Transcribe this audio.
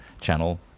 channel